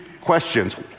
questions